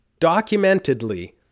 documentedly